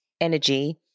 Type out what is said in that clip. energy